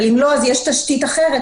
אבל אם לא אז יש תשתית אחרת,